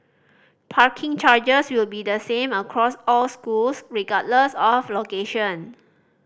parking charges will be the same across all schools regardless of location